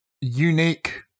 unique